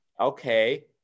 okay